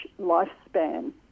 lifespan